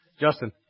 justin